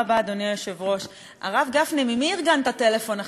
ארגנת טלפון שעכשיו בדיוק יצלצל ותוכל לצאת?